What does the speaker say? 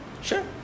sure